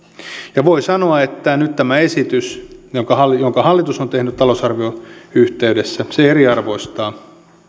ja voi sanoa että nyt tämä esitys jonka hallitus on tehnyt talousarvion yhteydessä eriarvoistaa